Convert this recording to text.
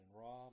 Rob